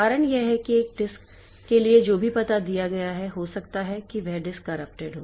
कारण यह है कि कि डिस्क के लिए जो भी पता दिया गया है हो सकता है कि डिस्क कर्रप्टेड हो